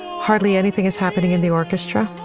hardly anything is happening in the orchestra.